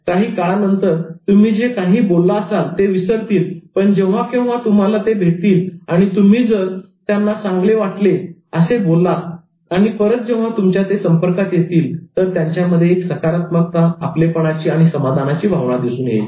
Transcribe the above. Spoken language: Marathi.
काही काळानंतर तुम्ही जे काही बोलला असाल ते विसरतील पण जेव्हा केव्हा तुम्हाला ते भेटतील आणि तुम्ही जर त्यांना चांगले वाटेल असे बोललात आणि परत जेव्हा ते तुमच्या संपर्कात येतील तर त्यांच्यामध्ये एक सकारात्मकता आपलेपणाची आणि समाधानाची भावना दिसून येईल